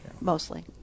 mostly